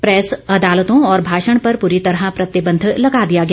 press अदालतों और भाषण पर पूरी तरह प्रतिबंध लगा दिया गया